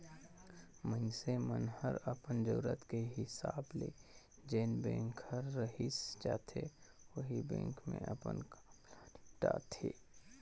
मइनसे मन हर अपन जरूरत के हिसाब ले जेन बेंक हर रइस जाथे ओही बेंक मे अपन काम ल निपटाथें